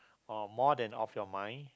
or more than off your mind